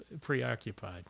preoccupied